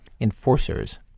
Enforcers